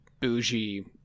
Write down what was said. bougie